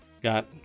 got